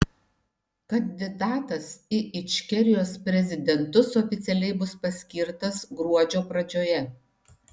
kandidatas į ičkerijos prezidentus oficialiai bus paskirtas gruodžio pradžioje